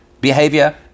behavior